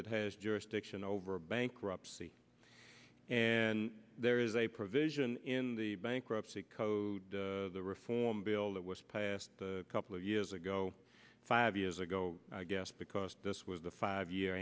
jurisdiction over bankruptcy and there is a provision in the bankruptcy code the reform bill that was passed a couple of years ago five years ago i guess because this was the five year